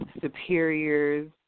superiors